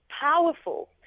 powerful